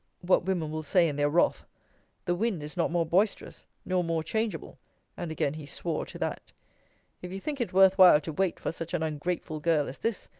what women will say in their wrath the wind is not more boisterous, nor more changeable and again he swore to that if you think it worthwhile to wait for such an ungrateful girl as this,